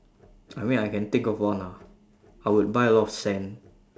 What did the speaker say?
I mean I can think of one ah I would buy a lot of sand